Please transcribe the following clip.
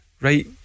right